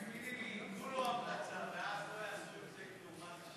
תגידי לי, ייתנו לו המלצה ואז לא יעשו עם זה כלום?